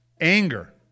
anger